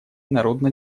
народно